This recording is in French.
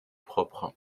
propres